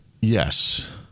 Yes